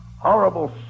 horrible